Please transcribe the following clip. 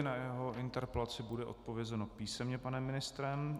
Na jeho interpelaci bude odpovězeno písemně panem ministrem.